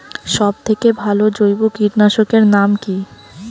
সব থেকে ভালো জৈব কীটনাশক এর নাম কি?